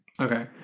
Okay